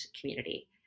community